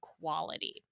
quality